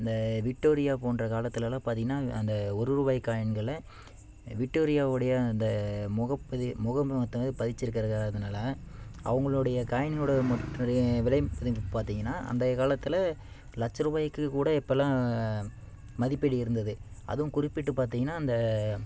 இந்த விக்டோரியா போன்ற காலத்திலலாம் பார்த்திங்கன்னா அந்த ஒரு ரூபாய் காயின்களை விக்டோரியாவுடைய அந்த முகப் பதி முகம் பதிச்சிருக்கிற காரணத்தனால அவங்களுடைய காயினோட விலைமதிப்பு பார்த்திங்கன்னா அந்தைய காலத்தில் லட்ச ரூபாய்க்கி கூட இப்போல்லாம் மதிப்பீடு இருந்தது அதுவும் குறிப்பிட்டு பார்த்திங்கன்னா அந்த